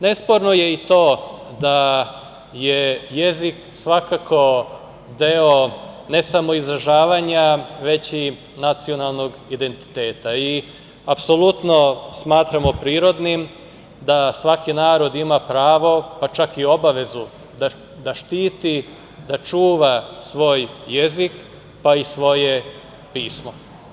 Nesporno je i to da je jezik svakako deo ne samo izražavanja, već i nacionalnog identiteta i apsolutno smatramo prirodnim da svaki narod ima pravo, pa čak i obavezu da štiti, da čuva svoj jezik, pa i svoje pismo.